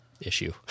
issue